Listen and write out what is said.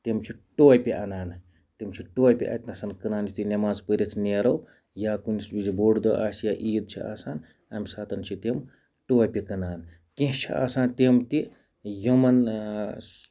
تِم چھِ ٹوپہِ اَنان تِم چھِ ٹوپہِ اَتہ نَس کٕنان یُتھُے نٮ۪ماز پٔرِتھ نیرو یا کُنہِ وِزِ بوٚڑ دۄہ آسہِ یا عیٖد چھِ آسان اَمہِ ساتہٕ چھِ تِم ٹوپہِ کٕنان کیںٛہہ چھِ آسان تِم تہِ یِمَن